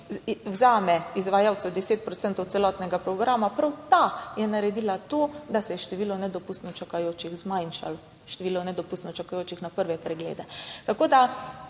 vzame izvajalcu 10 procentov celotnega programa. Prav ta je naredila to, da se je število nedopustno čakajočih zmanjšalo, število nedopustno čakajočih na prve preglede.